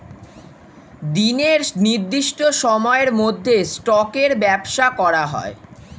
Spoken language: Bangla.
দিনের নির্দিষ্ট সময়ের মধ্যে স্টকের ব্যবসা করা হয়